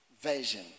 version